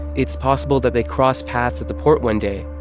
it's possible that they crossed paths at the port one day.